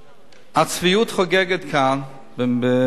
הצביעות חוגגת כאן בקדימה,